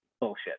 bullshit